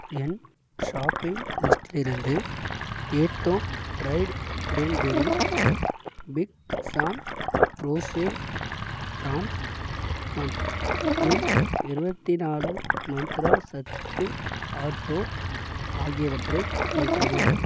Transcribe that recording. என் shopping லிஸ்டிலிருந்து எர்தோன் dried cranberry big Sam frozen prawns மற்றும் இருவத்தி நாலு மந்த்ரா சத்து ஆட்டாே ஆகியவற்றை நீக்கவும்